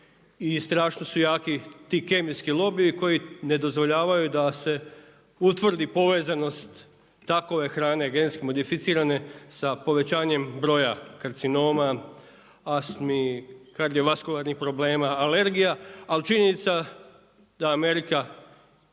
strašno su jaki ti kemijski lobiji koji ne dozvoljavaju da se utvrdi povezanost takove hrane genetski modificirane sa povećanjem broja karcinoma, astmi, kardiovaskularnih problema, alergija. Ali činjenica da Amerika